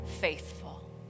faithful